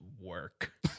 work